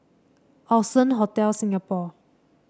Allson Hotel Singapore